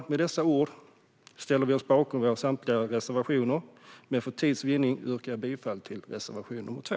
Vi ställer oss bakom samtliga våra reservationer, men för tids vinnande yrkar jag bifall endast till reservation 2.